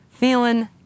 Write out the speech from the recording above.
feeling